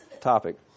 topic